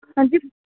हां जी